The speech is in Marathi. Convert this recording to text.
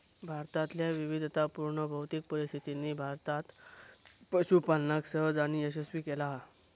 भारतातल्या विविधतापुर्ण भौतिक परिस्थितीनी भारतात पशूपालनका सहज आणि यशस्वी केला हा